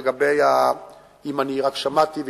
אני שמעתי,